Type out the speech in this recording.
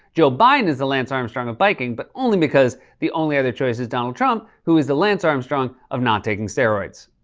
joe biden is the lance armstrong of biking, but only because the only other choice is donald trump who is the lance armstrong of not taking steroids.